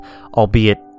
albeit